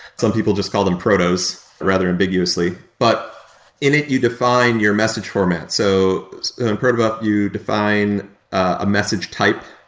some people just call them protos rather ambiguously, but in it you define your message format. so in proto buff you define a message type.